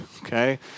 okay